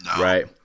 right